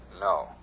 No